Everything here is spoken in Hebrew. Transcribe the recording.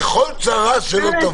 לכל צרה של תבוא.